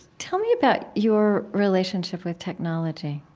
tell me about your relationship with technology.